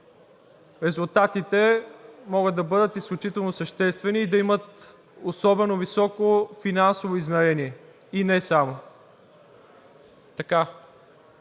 резултатите могат да бъдат изключително съществени и да имат особено високо финансово измерение и не само.